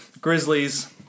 Grizzlies